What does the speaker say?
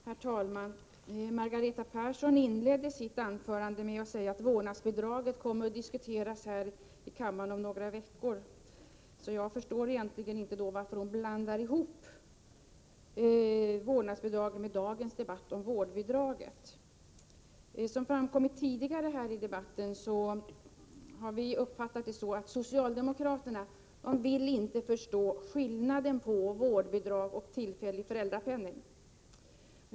Herr talman! Margareta Persson inledde sitt anförande med att säga att vårdnadsbidraget kommer att diskuteras i kammaren om några veckor. Jag förstår egentligen inte varför hon då blandar ihop vårdnadsbidraget med dagens debatt om vårdbidrag. Som framkommit tidigare i debatten har vi uppfattat det så att socialdemokraterna inte vill förstå skillnaden mellan vårdbidrag och tillfällig föräldrapenning.